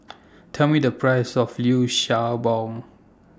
Tell Me The Price of Liu Sha Bao